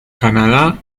canadá